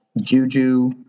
Juju